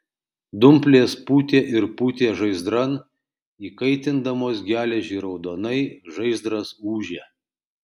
dumplės pūtė ir pūtė žaizdran įkaitindamos geležį raudonai žaizdras ūžė